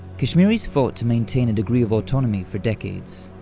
kashmiris fought to maintain a degree of autonomy for decades.